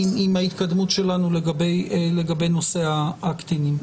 עם ההתמקדות שלנו לגבי נושא הקטינים.